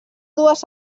dues